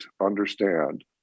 understand